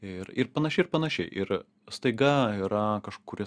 ir ir panašiai ir panašiai ir staiga yra kažkuris